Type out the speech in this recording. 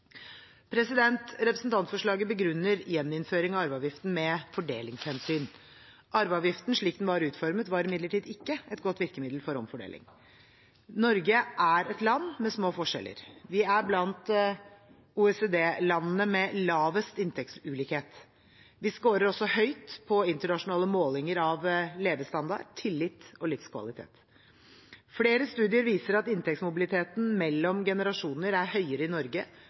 Representantforslaget begrunner gjeninnføring av arveavgiften med fordelingshensyn. Arveavgiften, slik den var utformet, var imidlertid ikke et godt virkemiddel for omfordeling. Norge er et land med små forskjeller. Vi er blant OECD-landene med lavest inntektsulikhet. Vi scorer også høyt på internasjonale målinger av levestandard, tillit og livskvalitet. Flere studier viser at inntektsmobiliteten mellom generasjoner er større i Norge